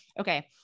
Okay